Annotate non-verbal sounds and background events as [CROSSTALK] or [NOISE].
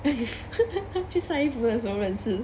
[LAUGHS] 去晒衣服的时候认识